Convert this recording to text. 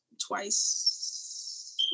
twice